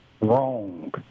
wrong